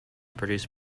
produced